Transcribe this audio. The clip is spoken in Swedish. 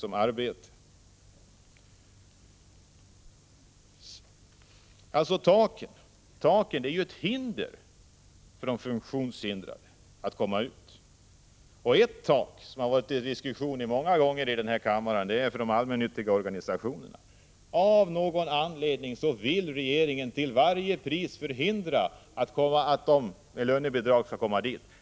Och taken innebär ju ett hinder för de funktionshindrade att komma ut på arbetsmarknaden. Ett tak som många gånger diskuterats här i kammaren gäller de allmännyttiga organisationerna. Av någon anledning vill regeringen till varje pris förhindra att dessa funktionshindrade placeras med lönebidrag där.